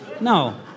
No